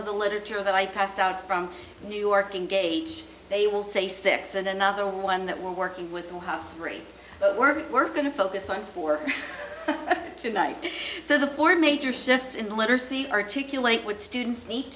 of the literature that i passed out from new york engage they will say six and another one that we're working with will have three we're going to focus on for tonight so the four major shifts in the letter c articulate would students need